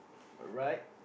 alright